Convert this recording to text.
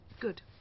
good